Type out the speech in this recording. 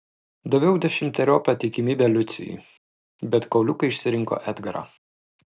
daviau dešimteriopą tikimybę lucijui bet kauliukai išsirinko edgarą